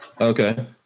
Okay